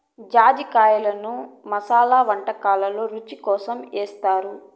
జాజికాయను మసాలా వంటకాలల్లో రుచి కోసం ఏస్తారు